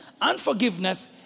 unforgiveness